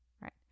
right